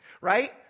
right